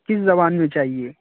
کس زبان میں چاہیے